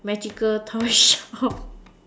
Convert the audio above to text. magical toyshop